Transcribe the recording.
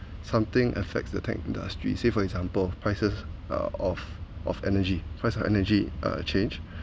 something affects the tech industry say for example prices uh of of energy price of energy uh changed